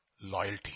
loyalty